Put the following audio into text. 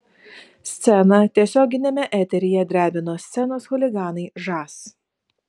sceną tiesioginiame eteryje drebino scenos chuliganai žas